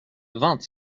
vingt